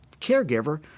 caregiver